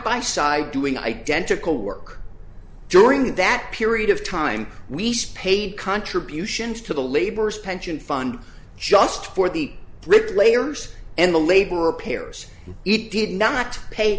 by side doing identical work during that period of time we spade contributions to the labors pension fund just for the bricklayers and the labor repairs it did not pay